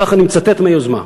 כך אני מצטט מהיוזמה.